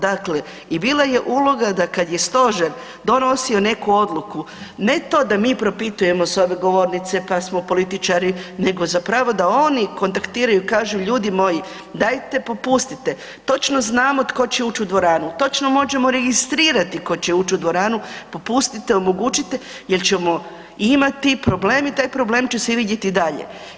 Dakle, i bila je uloga da kad je stožer donosio neku odluku ne to da mi propitujemo s ove govornice pa smo političari nego zapravo da oni kontaktiraju i kažu ljudi moji dajte popustite, točno znamo tko će ući u dvoranu, točno možemo registrirati tko će ući u dvoranu, popustite, omogućite jer ćemo imati problem i taj problem će se vidjeti i dalje.